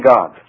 God